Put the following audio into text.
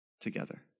together